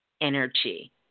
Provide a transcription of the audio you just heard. energy